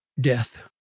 death